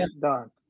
done